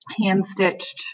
hand-stitched